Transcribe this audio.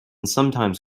sometimes